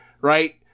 right